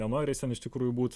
nenori jis ten iš tikrųjų būt